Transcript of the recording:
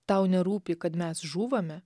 tau nerūpi kad mes žūvame